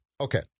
Okay